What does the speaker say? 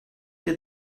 did